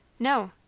no.